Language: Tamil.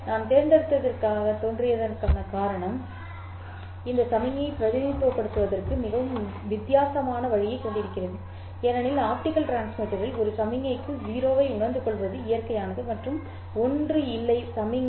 நான் தேர்ந்தெடுத்ததாகத் தோன்றியதற்கான காரணம் இந்த சமிக்ஞையை பிரதிநிதித்துவப்படுத்துவதற்கு மிகவும் வித்தியாசமான வழியைக் கொண்டிருக்கிறது ஏனெனில் ஆப்டிகல் டிரான்ஸ்மிட்டரில் ஒரு சமிக்ஞைக்கு 0 ஐ உணர்ந்து கொள்வது இயற்கையானது மற்றும் 1 இல்லை சமிக்ஞை